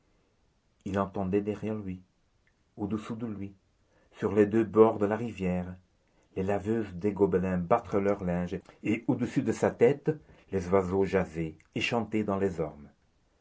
il entendait derrière lui au-dessous de lui sur les deux bords de la rivière les laveuses des gobelins battre leur linge et au-dessus de sa tête les oiseaux jaser et chanter dans les ormes